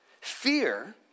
fear